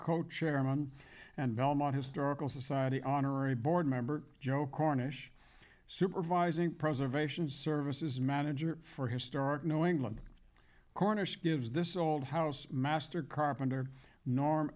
cochairman and belmont historical society honorary board member joe cornish supervising preservation services manager for historic knowingly cornish gives this old house master carpenter norm